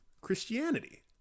Christianity